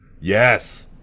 Yes